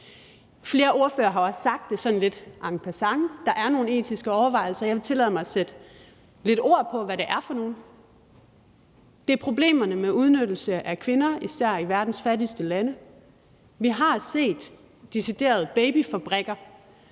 Flere ordførere har også sagt sådan lidt en passant, at der er nogle etiske overvejelser, og jeg vil tillade mig at sætte lidt ord på, hvad det er for nogle. Der er problemerne med udnyttelsen af kvinder, især i verdens fattigste lande. Vi har set deciderede babyfabrikker,